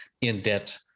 in-debt